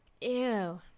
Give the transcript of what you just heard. Ew